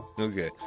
Okay